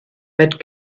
that